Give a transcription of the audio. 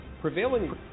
Prevailing